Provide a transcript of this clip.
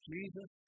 Jesus